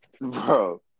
Bro